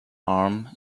arm